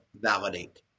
validate